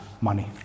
money